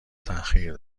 تاخیر